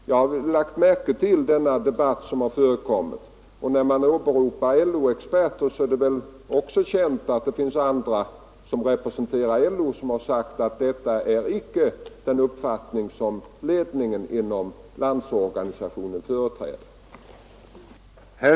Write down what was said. Jag har lagt märke till den debatt som har förekommit. När man åberopar LO-experter, så är det väl också känt att det finns andra som representerar LO och som har sagt att vad som åberopats inte är den uppfattning som ledningen inom Landsorganisationen företräder.